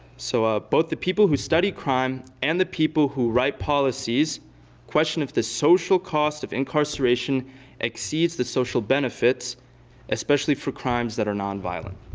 so ah both the people who study crime and the people who write policies question if the social costs of incarceration exceeds the social benefits especially for crimes that are non-violent.